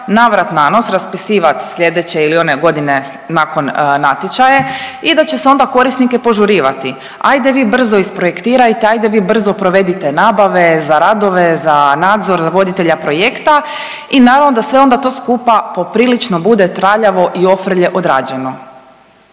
navrat-nanos raspisivati sljedeće ili one godine nakon natječaja i da će se onda korisnike požurivati, ajde vi brzo isprojektirajte, ajde vi brzo provedite nabave, za radove, za nadzor, za voditelja projekta i naravno da sve onda to skupa poprilično bude traljavo i ofrlje odrađeno,